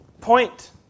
point